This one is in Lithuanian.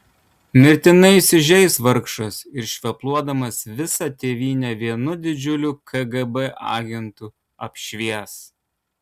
mirtinai įsižeis vargšas ir švepluodamas visą tėvynę vienu didžiuliu kgb agentu apšvies